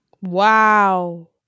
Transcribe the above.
Wow